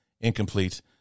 incomplete